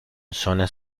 zonas